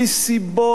סיבות אקדמיות.